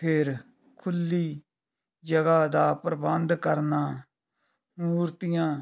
ਫਿਰ ਖੁੱਲੀ ਜਗ੍ਹਾ ਦਾ ਪ੍ਰਬੰਧ ਕਰਨਾ ਮੂਰਤੀਆਂ